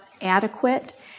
adequate